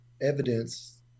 evidence